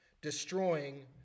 destroying